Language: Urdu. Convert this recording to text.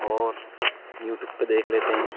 اور یو ٹیوب پہ دیکھ لیتے ہیں